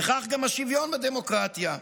וכך גם השוויון בדמוקרטיה,